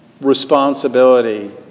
responsibility